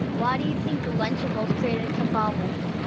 why do you think lunchables created kabob-ables?